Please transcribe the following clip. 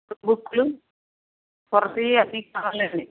బుక్కులు కావాలి అండి